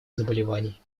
заболеваний